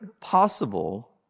possible